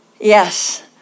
yes